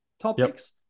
topics